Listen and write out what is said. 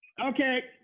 Okay